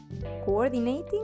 Coordinating